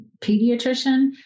pediatrician